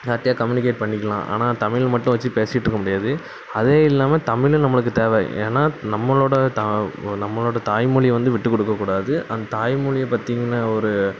யார்கிட்டயா communicate பண்ணிக்கலாம் ஆனால் தமிழ் மட்டும் வச்சு பேசிட்டுருக்க முடியாது அதே இல்லாமல் தமிழும் நம்மளுக்கு தேவை ஏன்னா நம்மளோட தா நம்மளோட தாய் மொழி வந்து விட்டுக்கொடுக்கக் கூடாது அந்த தாய் மொழி பற்றின ஒரு